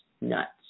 nuts